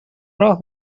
راه